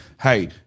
hey